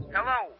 Hello